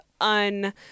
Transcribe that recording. un